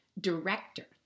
director